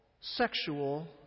sexual